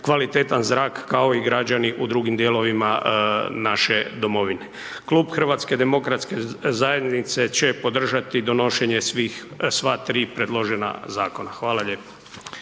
kvalitetan zrak, kao i građani u drugim dijelovima naše domovine. Klub HDZ-a će podržati donošenje svih, sva tri predložena zakona. Hvala lijepa.